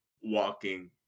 walking